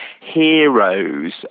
heroes